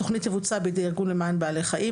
התכנית תבוצע בידי ארגון למען בעלי חיים,